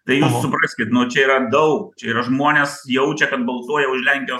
tai jūs supraskit nu čia yra daug čia yra žmonės jaučia kad balsuoja už lenkijos